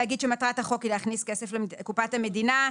להגיד שמטרת החוק היא להכניס כסף לקופת המדינה,